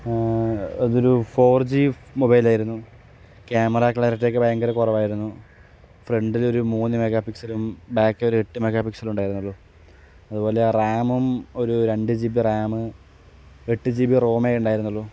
അതൊരു four G mobile ആയിരുന്നു camera clarity ഒക്കെ ഭയങ്കര കുറവായിരുന്നു ഫ്രണ്ടിലൊരു മൂന്ന് മെഗാ പിക്സെലും ബാക്കിലൊരു എട്ട് മെഗാ പിക്സെലും ഉണ്ടായിരുന്നുള്ളു അതുപോലെ റാമും ഒരു രണ്ട് ജീബി റാമ് എട്ട് ജീബി റോമേ ഉണ്ടായിരുന്നുള്ളൂ